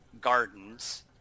Gardens